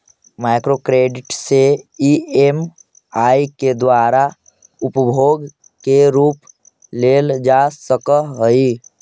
micro credit से EMI के द्वारा उपभोग के वस्तु लेल जा सकऽ हई